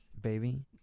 baby